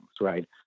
Right